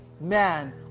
man